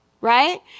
right